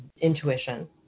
intuition